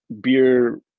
beer